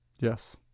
Yes